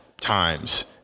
times